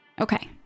Okay